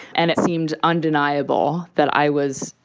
and it seemed undeniable that i was,